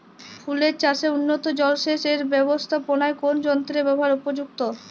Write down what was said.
ফুলের চাষে উন্নত জলসেচ এর ব্যাবস্থাপনায় কোন যন্ত্রের ব্যবহার উপযুক্ত?